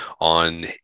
on